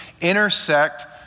intersect